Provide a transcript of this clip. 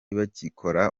bagikora